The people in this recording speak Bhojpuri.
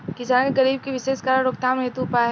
किसान के गरीबी के विशेष कारण रोकथाम हेतु उपाय?